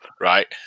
right